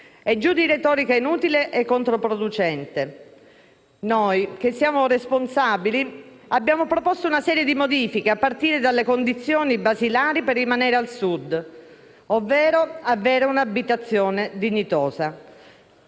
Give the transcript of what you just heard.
E giù di retorica inutile e controproducente. Noi, che siamo responsabili, abbiamo proposto una serie di modifiche, a partire dalle condizioni basilari per rimanere al Sud: avere un'abitazione dignitosa.